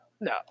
no